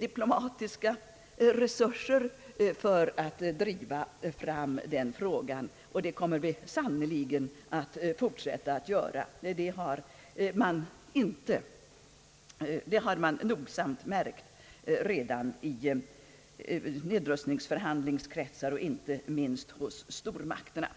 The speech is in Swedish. diplomatiska resurser för att driva fram just denna fråga, och det kommer vi sannerligen att göra även i fortsättningen. Att vi driver frågan med kraft har man också redan noterat i nedrustningsförhandlingskretsar, inte minst hos stormakterna.